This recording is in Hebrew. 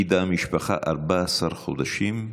העידה משפחה, 14 חודשים.